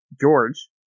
George